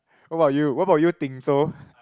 what about you what about you Ding Zhou